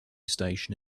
station